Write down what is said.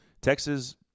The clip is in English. Texas